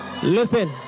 Listen